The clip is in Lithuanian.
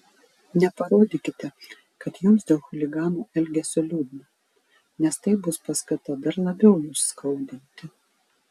neparodykite kad jums dėl chuliganų elgesio liūdna nes tai bus paskata dar labiau jus skaudinti